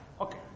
Okay